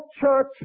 church